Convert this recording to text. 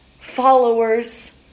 followers